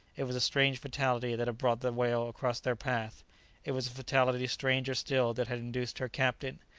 it was a strange fatality that had brought the whale across their path it was fatality stranger still that had induced her captain,